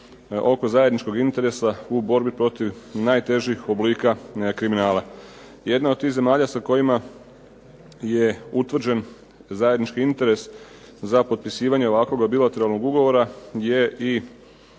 oko zajedničkog interesa u borbi protiv najtežih oblika kriminala. Jedna od tih zemalja sa kojima je utvrđen zajednički interes za potpisivanje ovakvog bilateralnog ugovora je i